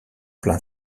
plein